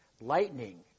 lightning